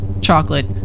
chocolate